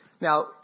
Now